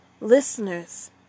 listeners